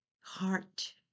Heart